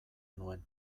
nuen